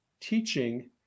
teaching